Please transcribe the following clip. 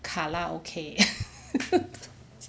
卡拉 O_K